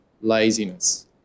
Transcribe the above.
laziness